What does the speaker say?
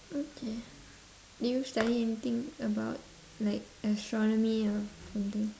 okay do you study anything about like astronomy or something